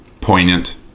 poignant